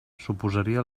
suposaria